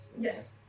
Yes